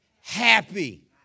Happy